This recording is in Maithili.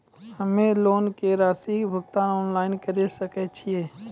हम्मे लोन के रासि के भुगतान ऑनलाइन करे सकय छियै?